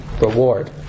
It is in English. reward